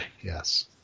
Yes